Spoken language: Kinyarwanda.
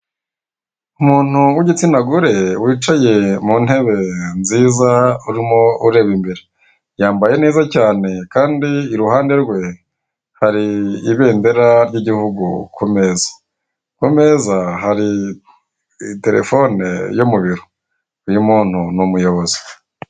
Umuntu w'igitsina gore wicaye mu ntebe nziza urimo ureba imbere yambaye neza cyane kandi iruhande rwe hari ibendera ry'igihugu ku meza, ku meza hari terefone yo mu biro uyu muntu ni umuyobozi.